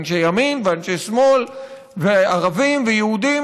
אנשי ימין ואנשי שמאל וערבים ויהודים,